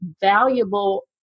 valuable